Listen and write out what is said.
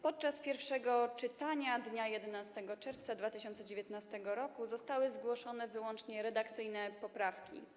Podczas pierwszego czytania dnia 11 czerwca 2019 r. zostały zgłoszone wyłącznie redakcyjne poprawki.